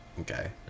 Okay